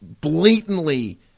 blatantly